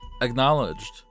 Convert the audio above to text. acknowledged